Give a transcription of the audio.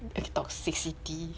the toxicity